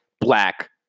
black